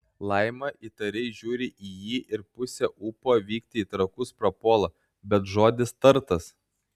laima įtariai žiūri į jį ir pusė ūpo vykti į trakus prapuola bet žodis tartas